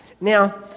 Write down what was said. Now